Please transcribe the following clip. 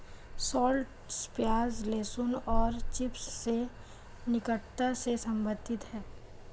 shallots प्याज, लहसुन और चिव्स से निकटता से संबंधित है